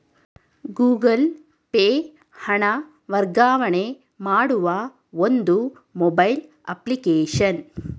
Google Pay ಹಣ ವರ್ಗಾವಣೆ ಮಾಡುವ ಒಂದು ಮೊಬೈಲ್ ಅಪ್ಲಿಕೇಶನ್